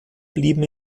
blieben